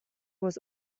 was